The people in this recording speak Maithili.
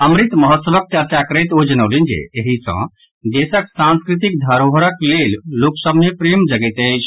अमृत महोत्सवक चर्चा करैत ओ जनौलनि जे एहि सॅ देशक सांस्कृति धरोहरक लेल लोक सभ मे प्रेम जगैत अछि